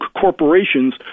corporations